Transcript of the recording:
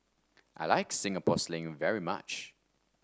I Like Singapore Sling very much